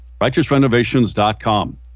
RighteousRenovations.com